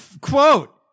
quote